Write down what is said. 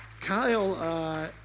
Kyle